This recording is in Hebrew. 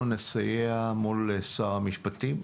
אנחנו כוועדה נסייע מול שר המשפטים,